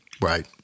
Right